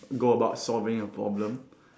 go about solving a problem